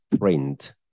print